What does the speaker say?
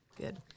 Good